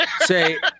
say